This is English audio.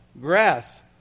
grass